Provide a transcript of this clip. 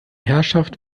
herrschaft